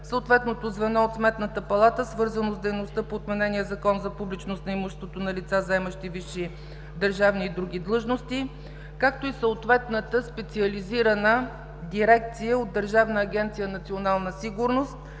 съответното звено от Сметната палата, свързано с дейността по отменения Закон за публичност на имуществото на лица, заемащи висши държавни и други длъжности, както и съответната специализирана дирекция от Държавна агенция „Национална сигурност“